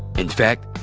in fact,